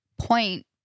point